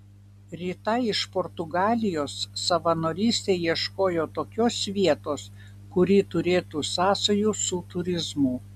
rita iš portugalijos savanorystei ieškojo tokios vietos kuri turėtų sąsajų su turizmu